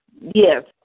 yes